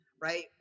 right